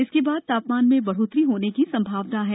इसके बाद तापमान में बढ़ोतरी होने की संभावना है